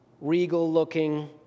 regal-looking